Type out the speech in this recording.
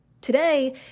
Today